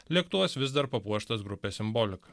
lėktuvas vis dar papuoštas grupės simbolika